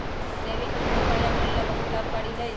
जैविक ईंधन पर्यावरण ला बहुत लाभकारी हई